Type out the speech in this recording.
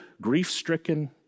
grief-stricken